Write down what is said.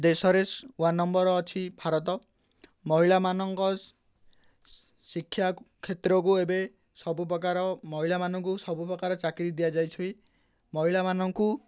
ଦେଶରେ one number ଅଛି ଭାରତ ମହିଳାମାନଙ୍କ ଶିକ୍ଷା କ୍ଷେତ୍ରକୁ ଏବେ ସବୁ ପ୍ରକାର ମହିଳାମାନଙ୍କୁ ସବୁ ପ୍ରକାର ଚାକିରି ଦିଆଯାଇଛି ମହିଳାମାନଙ୍କୁ